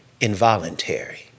involuntary